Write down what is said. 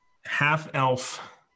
half-elf